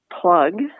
plug